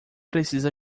precisa